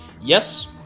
Yes